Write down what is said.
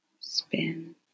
spin